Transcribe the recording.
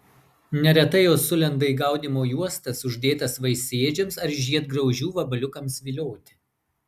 neretai jos sulenda į gaudymo juostas uždėtas vaisėdžiams ar žiedgraužių vabaliukams vilioti